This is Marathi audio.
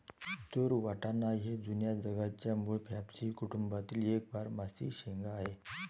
तूर वाटाणा हे जुन्या जगाच्या मूळ फॅबॅसी कुटुंबातील एक बारमाही शेंगा आहे